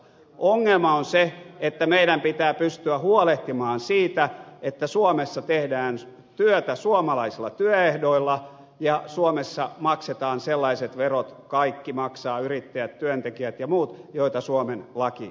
ongelma on se että meidän pitää pystyä huolehtimaan siitä että suomessa tehdään työtä suomalaisilla työehdoilla ja suomessa maksetaan sellaiset verot kaikki maksavat yrittäjät työntekijät ja muut joita suomen laki edellyttää